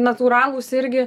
natūralūs irgi